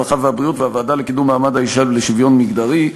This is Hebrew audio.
הרווחה והבריאות והוועדה לקידום מעמד האישה ולשוויון מגדרי.